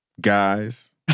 guys